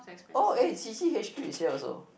oh eh Qi-Ji H_Q is here also